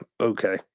okay